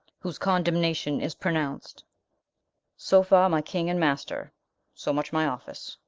whose condemnation is pronounc't so farre my king and master so much my office